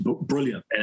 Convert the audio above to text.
Brilliant